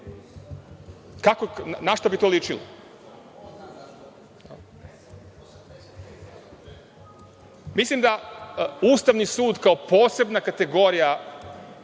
Na šta bi to ličilo? Mislim da Ustavni sud, kao posebnu kategoriju